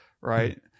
right